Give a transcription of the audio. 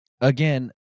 again